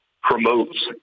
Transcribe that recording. promotes